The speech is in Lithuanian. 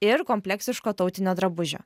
ir kompleksiško tautinio drabužio